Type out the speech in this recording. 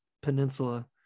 peninsula